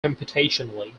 computationally